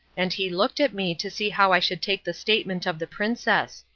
and he looked at me to see how i should take the statement of the princess.